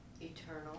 Eternal